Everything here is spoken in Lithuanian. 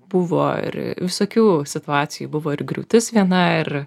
buvo ir visokių situacijų buvo ir griūtis viena ir